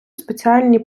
спеціальні